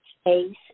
space